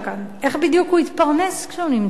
איך בדיוק הוא יתפרנס כשהוא נמצא כאן?